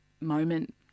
moment